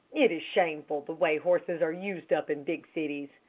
it is shameful the way horses are used up in big cities.